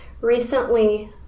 Recently